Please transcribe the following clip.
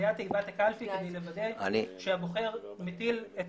ליד תיבת הקלפי כדי לוודא שהבוחר מטיל את